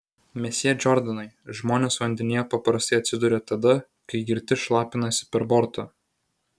mesjė džordanai žmonės vandenyje paprastai atsiduria tada kai girti šlapinasi per bortą